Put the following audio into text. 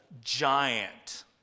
giant